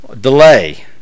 delay